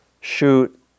shoot